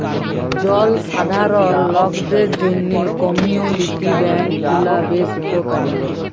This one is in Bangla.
জলসাধারল লকদের জ্যনহে কমিউলিটি ব্যাংক গুলা বেশ উপকারী